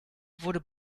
wurde